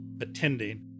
attending